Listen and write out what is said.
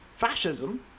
Fascism